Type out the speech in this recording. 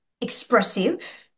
expressive